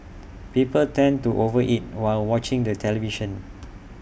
people tend to over eat while watching the television